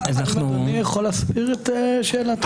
אדוני יכול להסביר את שאלתו?